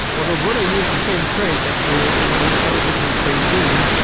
although buddha used the same phrase, actually, in a slightly different phrasing.